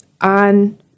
on